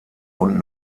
und